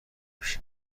پیش